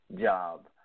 job